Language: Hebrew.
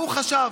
הוא חשב,